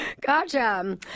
Gotcha